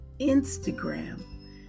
Instagram